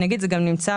זה נמצא